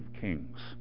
kings